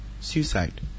suicide